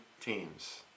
teams